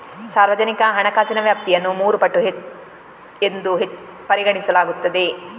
ಸಾರ್ವಜನಿಕ ಹಣಕಾಸಿನ ವ್ಯಾಪ್ತಿಯನ್ನು ಮೂರು ಪಟ್ಟು ಎಂದು ಪರಿಗಣಿಸಲಾಗುತ್ತದೆ